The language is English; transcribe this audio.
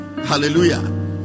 hallelujah